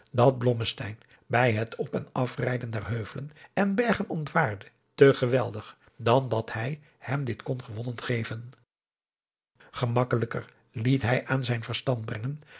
dat blommesteyn bij het op en afrijden der heuvelen en bergen ontwaarde te geweldig dan dat hij hem dit kon gewonnen geven gemakkelijker liet hij aan zijn verstand brengen